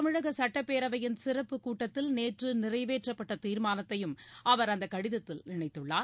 தமிழக சுட்டப்பேரவையின் சிறப்பு கூட்டத்தில் நேற்று நிறைவேற்றப்பட்ட இதுகுறித்து தீர்மானத்தையும் அவர் அந்த கடிதத்தில் இணைத்துள்ளார்